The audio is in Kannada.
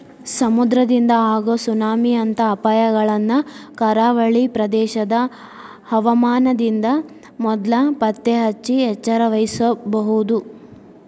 ಸಮುದ್ರದಿಂದ ಆಗೋ ಸುನಾಮಿ ಅಂತ ಅಪಾಯಗಳನ್ನ ಕರಾವಳಿ ಪ್ರದೇಶದ ಹವಾಮಾನದಿಂದ ಮೊದ್ಲ ಪತ್ತೆಹಚ್ಚಿ ಎಚ್ಚರವಹಿಸಬೊದು